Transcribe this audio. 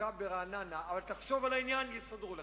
מצוקה ברעננה, אבל תחשוב על העניין, יסדרו לך.